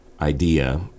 idea